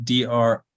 dr